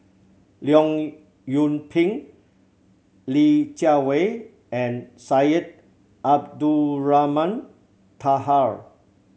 Leong Yoon Pin Li Jiawei and Syed Abdulrahman Taha